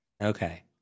Okay